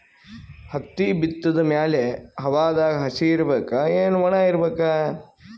ಹತ್ತಿ ಬಿತ್ತದ ಮ್ಯಾಲ ಹವಾದಾಗ ಹಸಿ ಇರಬೇಕಾ, ಏನ್ ಒಣಇರಬೇಕ?